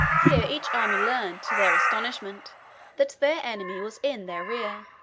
here each army learned to their astonishment that their enemy was in their rear.